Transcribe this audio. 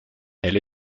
elle